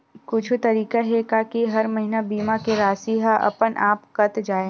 कुछु तरीका हे का कि हर महीना बीमा के राशि हा अपन आप कत जाय?